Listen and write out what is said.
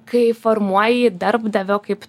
kai formuoji darbdavio kaip